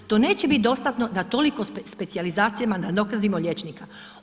Do neće biti dostatno da toliko specijalizacijama nadoknadimo liječnika.